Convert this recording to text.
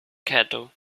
cattle